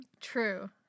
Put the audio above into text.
true